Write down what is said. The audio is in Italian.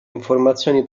informazioni